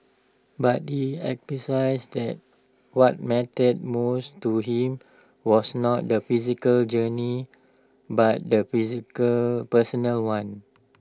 but he emphasised that what mattered most to him was not the physical journey but the physical personal one